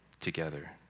together